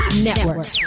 Network